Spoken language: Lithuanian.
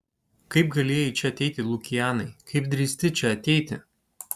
kaip galėjai čia ateiti lukianai kaip drįsti čia ateiti